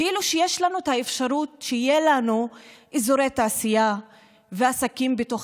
כאילו שיש לנו את האפשרות שיהיו לנו אזורי תעשייה ועסקים בתוך